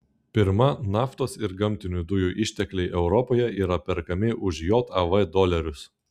pirma naftos ir gamtinių dujų ištekliai europoje yra perkami už jav dolerius